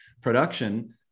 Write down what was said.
production